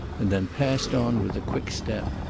and then passed on with a quick step.